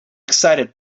excited